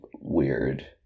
weird